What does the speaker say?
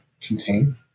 contain